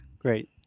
great